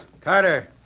Carter